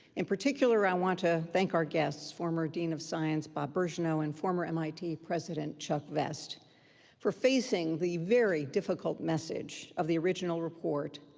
in particular, i want to thank our guests, former dean of science bob birgeneau and former mit president chuck vest for facing facing the very difficult message of the original report,